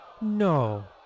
no